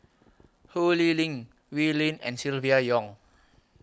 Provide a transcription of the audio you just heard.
Ho Lee Ling Wee Lin and Silvia Yong